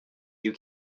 you